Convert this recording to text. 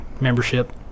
membership